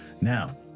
Now